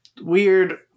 weird